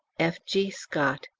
f g. scott,